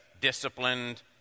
disciplined